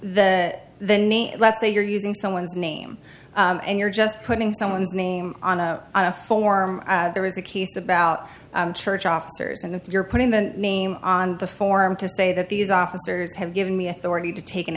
the then let's say you're using someone's name and you're just putting someone's name on a on a form there is a case about church officers and if you're putting the name on the form to say that these officers have given me authority to take an